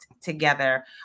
together